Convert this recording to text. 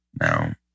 Now